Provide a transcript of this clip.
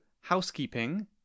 housekeeping